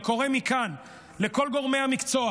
אני קורא מכאן לכל גורמי המקצוע